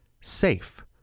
SAFE